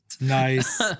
Nice